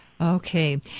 okay